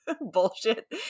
bullshit